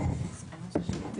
הממלא מקום של היושב-ראש,